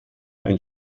ein